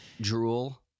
drool